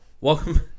welcome